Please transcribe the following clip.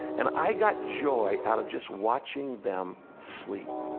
and i got joy out of just watching them sleep.